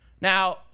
Now